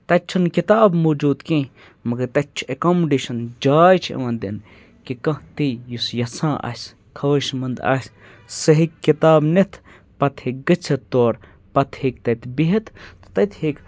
تَتہِ چھُنہٕ کِتاب موٗجوٗد کیٚنٛہہ مَگر تَتہِ چھُ ایٚکامڈیشن جاے چھِ یِوان دِنہٕ کہِ کانٛہہ تہِ یُس یَژھان آسہِ خٲیِش منٛد آسہِ سُہ ہیٚکہِ کِتاب نِتھ پَتہٕ ہیٚکہِ گٔژھِتھ تور پَتہٕ ہیٚکہِ تَتہِ بِہِتھ تہٕ تَتہِ ہیٚکہِ